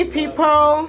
people